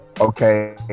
okay